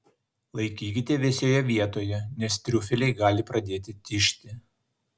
laikykite vėsioje vietoje nes triufeliai gali pradėti tižti